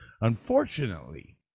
Unfortunately